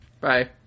Bye